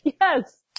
Yes